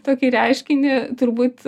tokį reiškinį turbūt